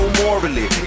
morally